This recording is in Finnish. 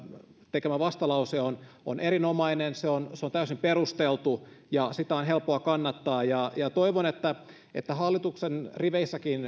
tekemä vastalause on erinomainen se on täysin perusteltu ja sitä on helppoa kannattaa toivon että hallituksen riveissäkin